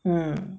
mm